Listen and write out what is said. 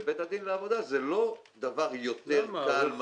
ובית הדין לעבודה זה לא דבר יותר קל,